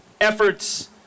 efforts